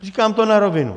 Říkám to na rovinu.